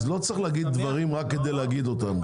אז לא צריך להגיד דברים רק כדי להגיד אותם.